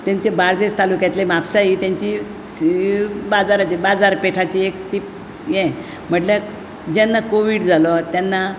तेंचे बार्देस तालूक्यांतले म्हापसा ही तेंची बाजाराची बाजार पेठाची ती हे म्हणल्यार जेन्ना कोवीड जाल्लो तेन्ना